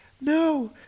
no